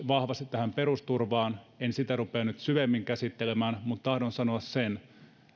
vahvasti myös perusturvaan en sitä rupea nyt syvemmin käsittelemään mutta tahdon sanoa sen